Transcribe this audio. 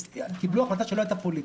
וקיבלו החלטה שלא הייתה פוליטית.